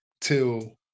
till